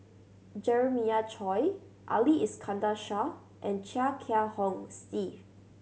Jeremiah Choy Ali Iskandar Shah and Chia Kiah Hong Steve